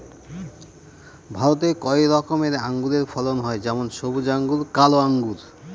ভারতে কয়েক রকমের আঙুরের ফলন হয় যেমন সবুজ আঙ্গুর, কালো আঙ্গুর